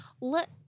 Let